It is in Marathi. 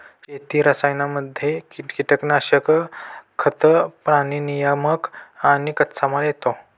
शेती रसायनांमध्ये कीटनाशक, खतं, प्राणी नियामक आणि कच्चामाल येतो